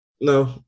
No